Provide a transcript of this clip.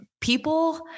people